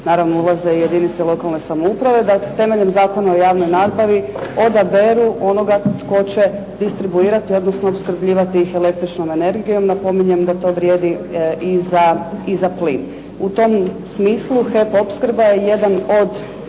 naravno ulaze i jedinice lokalne samouprave, da temeljem Zakona o javnoj nabavi odaberu onoga tko će distribuirati, odnosno opskrbljivati ih električnom energijom. Napominjem da to vrijedi i za plin. U tom smislu HEP opskrba je jedan od